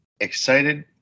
excited